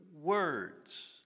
words